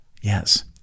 Yes